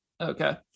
Okay